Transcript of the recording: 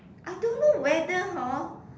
I don't know whether hor